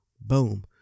Boom